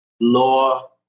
law